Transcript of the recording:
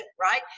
Right